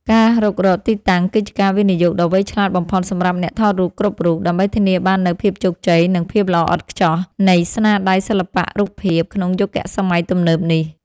ការរុករកទីតាំងគឺជាការវិនិយោគដ៏វៃឆ្លាតបំផុតសម្រាប់អ្នកថតរូបគ្រប់រូប ដើម្បីធានាបាននូវ ភាពជោគជ័យ និងភាពល្អឥតខ្ចោះ នៃស្នាដៃសិល្បៈរូបភាពក្នុងយុគសម័យទំនើបនេះ។